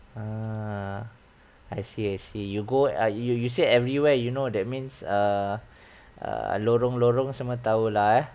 ah I see I see you go ah you you said everywhere you know that means err err lorong-lorong semua [tau] lah eh